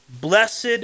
Blessed